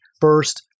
first